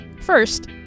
First